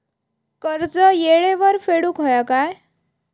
कर्ज येळेवर फेडूक होया काय?